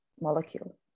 molecule